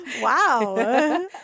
Wow